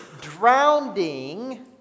drowning